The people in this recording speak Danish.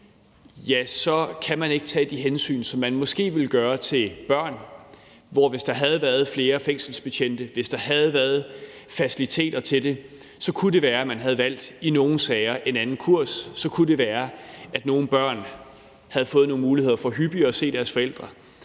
kæden, så ikke kan tage de hensyn, som man måske ville gøre, til børn. Hvis der havde været flere fængselsbetjente, hvis der havde været faciliteter til det, så kunne det være, at man i nogle sager havde valgt en anden kurs. Så kunne det være, at nogle børn havde fået nogle muligheder for hyppigere at se deres forældre,